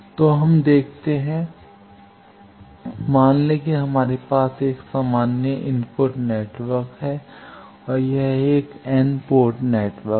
तो हम देखते हैं मान लें कि हमारे पास एक सामान्य इनपुट नेटवर्क है और यह एक N पोर्ट नेटवर्क है